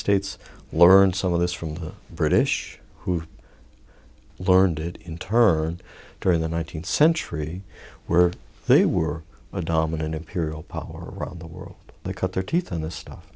states learned some of this from the british who learned it interned during the one nine hundred century where they were a dominant imperial power around the world they cut their teeth on the stuff